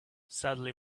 sadly